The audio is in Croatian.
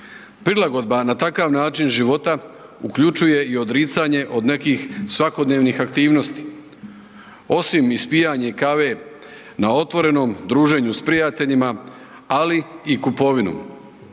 Prilagodba na takav način život uključuje i odricanje od nekih svakodnevnih aktivnosti. Osim ispijanje kave na otvorenom, druženju s prijateljima ali i kupovinu.